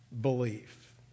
belief